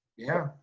yeah,